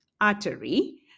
artery